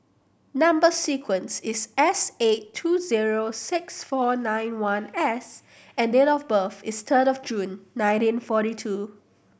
number sequence is S eight two zero six four nine one S and date of birth is third of June nineteen forty two